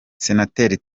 senateri